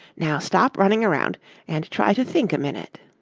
now stop running around and try to think a minute.